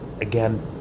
again